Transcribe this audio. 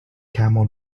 camel